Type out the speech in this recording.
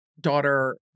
daughter